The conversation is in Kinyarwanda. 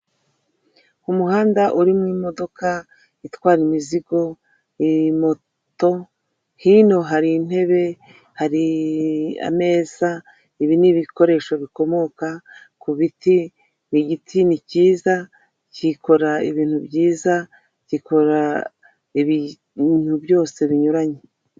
Umuhanda uririmomo itwara imizigo i moto hino hari intebe hari ameza ibi n'ibikoresho bikomoka ku biti ni igiti ni cyiza gikora ibintu byiza gikora ibintu byose binyuranye.